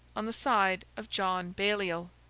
on the side of john baliol.